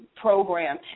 program